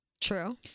True